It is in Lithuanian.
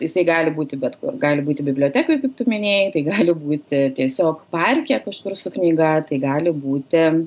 jisai gali būti bet kur gali būti bibliotekoj kaip tu minėjai tai gali būti tiesiog parke kažkur su knyga tai gali būti